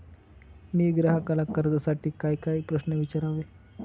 मी ग्राहकाला कर्जासाठी कायकाय प्रश्न विचारावे?